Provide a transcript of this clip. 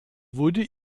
wurde